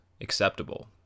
acceptable